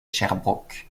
sherbrooke